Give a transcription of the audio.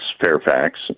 Fairfax